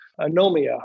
anomia